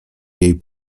jej